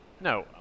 No